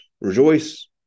Rejoice